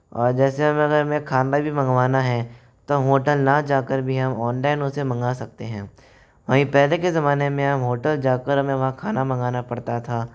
जैसे अब अगर हमें खाना भी मंगवाना है तो हम होटल ना जाकर भी हम ऑनलाइन उसे मंगा सकते हैं वहीं पहले के ज़माने में हम होटल जा कर हमें वहाँ खाना मंगाना पड़ता था